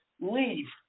leave